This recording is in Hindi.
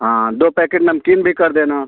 हाँ दो पैकेट नमकीन भी कर देना